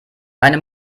einem